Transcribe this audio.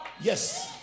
yes